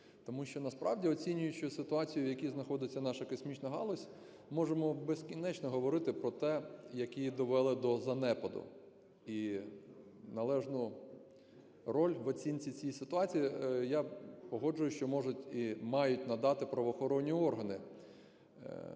Тому що насправді, оцінюючи ситуацію, в якій знаходиться наша космічна галузь, можемо безкінечно говорити про те, як її довели до занепаду. І належну роль в оцінці цій ситуації, я погоджуюсь, що можуть і мають надати правоохоронні органи,